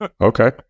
Okay